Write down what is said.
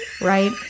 right